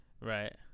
Right